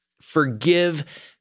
forgive